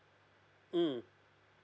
mm